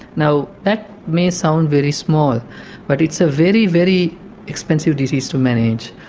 now that may sound very small but it's a very very expensive disease to manage.